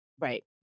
right